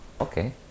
okay